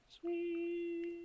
Sweet